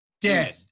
dead